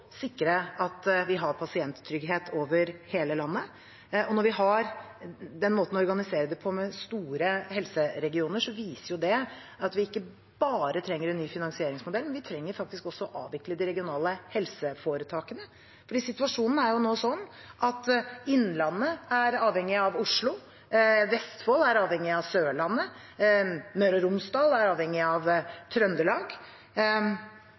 sikre at vi har pasienttrygghet over hele landet, og når vi har denne måten å organisere det på, med store helseregioner, viser det at vi ikke bare trenger en ny finansieringsmodell – vi trenger faktisk også å avvikle de regionale helseforetakene. For situasjonen er nå sånn at Innlandet er avhengig av Oslo, Vestfold er avhengig av Sørlandet, og Møre og Romsdal er avhengig av